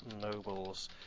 noble's